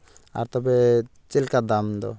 ᱟᱨ ᱛᱚᱵᱮ ᱪᱮᱞᱮᱠᱟ ᱫᱟᱢᱫᱚ